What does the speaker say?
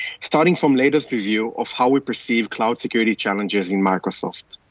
starting from latest preview of how we perceive cloud security challenges in microsoft,